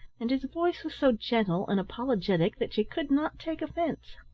and his voice was so gentle and apologetic that she could not take offence.